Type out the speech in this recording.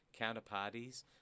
counterparties